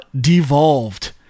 devolved